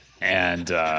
And-